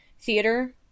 Theater